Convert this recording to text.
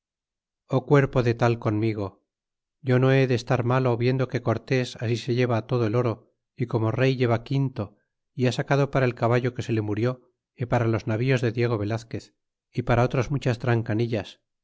cuerpo de tal conmigo yo no he de estar malo viendo que cortés así se lleva todo el oro y como rey lleva quinto y ha sacado para el caballo que se le murió y para los navíos de diego velazquez y para otras muchas trancan